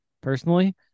personally